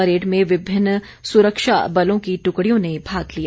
parade में विभिन्न सुरक्षा बलों की टुकड़ियों ने भाग लिया